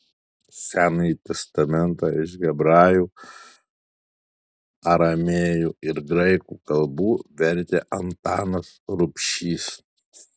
senąjį testamentą iš hebrajų aramėjų ir graikų kalbų vertė antanas rubšys